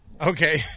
Okay